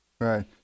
Right